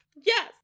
Yes